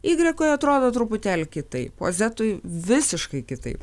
ygrikui atrodo truputėlį kitaip o zetui visiškai kitaip